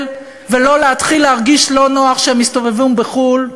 ולא להתחיל להרגיש לא נוח כשהם מסתובבים בחו"ל,